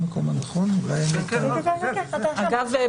אגב,